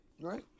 Right